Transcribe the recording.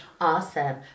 awesome